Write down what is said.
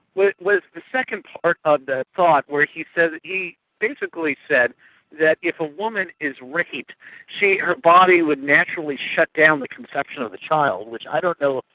was the second part of that thought where he says, he basically said that if a woman is raped she, her body would naturally shut down the conception of the child, which i don't know,